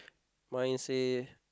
mine say